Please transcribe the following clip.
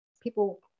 people